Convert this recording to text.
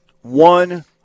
One-